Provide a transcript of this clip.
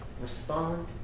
respond